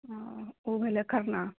अओ ओऽ भेलै खरना